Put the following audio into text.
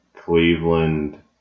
Cleveland